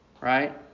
Right